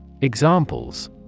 Examples